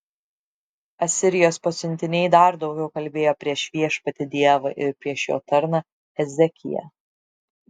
asirijos pasiuntiniai dar daugiau kalbėjo prieš viešpatį dievą ir prieš jo tarną ezekiją